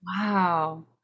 Wow